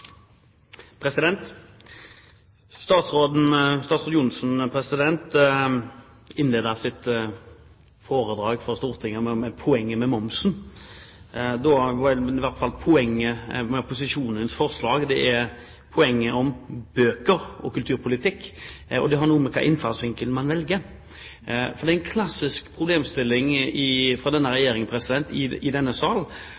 Statsråd Johnsen innledet sitt foredrag for Stortinget med poenget med momsen. Poenget med opposisjonens forslag er bøker og kulturpolitikk, og det har noe med hvilken innfallsvinkel man velger. Dette er en klassisk problemstilling fra denne regjeringen i denne sal: For hvert forslag som kommer fra